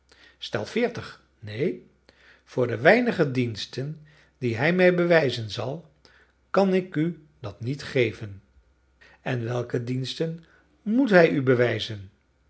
stel veertig neen voor de weinige diensten die hij mij bewijzen zal kan ik u dat niet geven en welke diensten moet hij u bewijzen